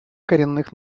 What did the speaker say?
коренных